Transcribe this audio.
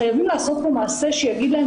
חייבים לעשות פה מעשה שיגיד להם,